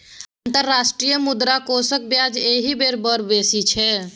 अंतर्राष्ट्रीय मुद्रा कोषक ब्याज एहि बेर बड़ बेसी छै